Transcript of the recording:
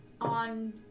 On